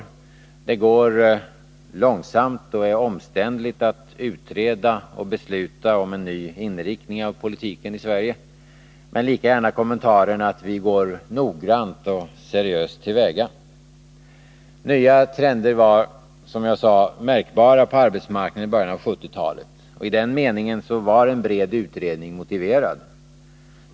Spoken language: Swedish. För det första kan man säga att det går långsamt och är omständligt att utreda och besluta om en ny inriktning av politiken i Sverige, men man kan för det andra lika gärna säga att vi går noggrant och seriöst till väga. Nya trender var, som jag sade, märkbara på arbetsmarknaden i början av 1970-talet. I den meningen var en bred utredning motiverad.